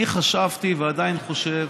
אני חשבתי, ועדיין חושב,